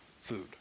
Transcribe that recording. food